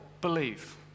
Believe